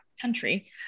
country